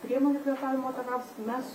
priemonių kvėpavimo takams mes